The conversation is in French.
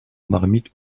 marmite